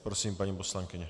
Prosím, paní poslankyně.